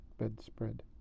bedspread